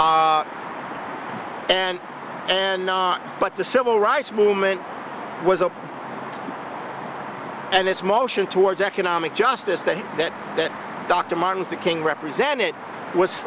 and and not but the civil rights movement was a and this motion towards economic justice that that that dr martin luther king represented was